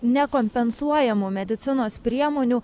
nekompensuojamų medicinos priemonių